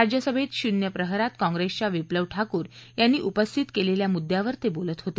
राज्यसभेत शुन्य प्रहरात काँग्रेसच्या विप्लव ठाकूर यांनी उपस्थित केलेल्या मुद्दयावर ते बोलत होते